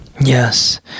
Yes